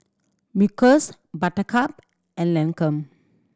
Smuckers Buttercup and Lancome